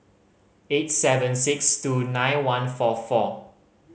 eight seven six two nine one four four